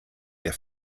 der